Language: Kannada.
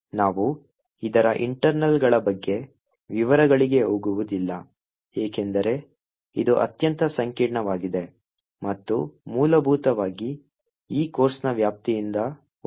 ನಾವು ಇದರ ಇಂಟರ್ನಲ್ಗಳ ಬಗ್ಗೆ ವಿವರಗಳಿಗೆ ಹೋಗುವುದಿಲ್ಲ ಏಕೆಂದರೆ ಇದು ಅತ್ಯಂತ ಸಂಕೀರ್ಣವಾಗಿದೆ ಮತ್ತು ಮೂಲಭೂತವಾಗಿ ಈ ಕೋರ್ಸ್ನ ವ್ಯಾಪ್ತಿಯಿಂದ ಹೊರಗಿದೆ